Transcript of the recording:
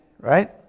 right